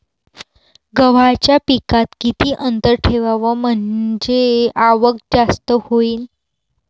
गव्हाच्या पिकात किती अंतर ठेवाव म्हनजे आवक जास्त होईन?